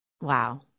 Wow